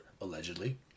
allegedly